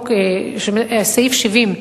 סעיף 70,